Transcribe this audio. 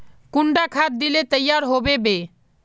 कुंडा खाद दिले तैयार होबे बे?